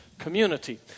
community